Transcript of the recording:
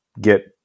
get